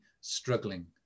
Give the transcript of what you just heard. struggling